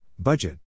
Budget